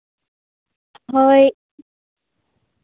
ᱦᱳᱭ